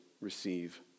receive